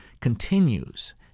continues